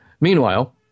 Meanwhile